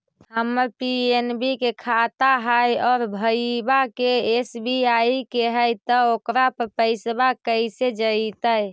हमर पी.एन.बी के खाता है और भईवा के एस.बी.आई के है त ओकर पर पैसबा कैसे जइतै?